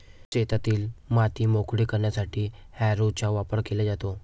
शेतातील माती मोकळी करण्यासाठी हॅरोचा वापर केला जातो